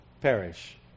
perish